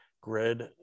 grid